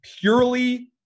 purely